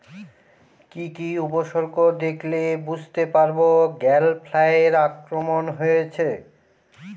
কি কি উপসর্গ দেখলে বুঝতে পারব গ্যাল ফ্লাইয়ের আক্রমণ হয়েছে?